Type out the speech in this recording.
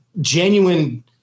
genuine